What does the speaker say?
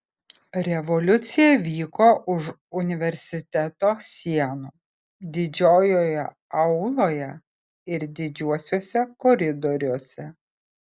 revoliucija vyko už universiteto sienų didžiojoje auloje ir didžiuosiuose koridoriuose